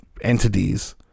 entities